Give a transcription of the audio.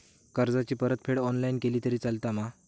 कर्जाची परतफेड ऑनलाइन केली तरी चलता मा?